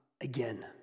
again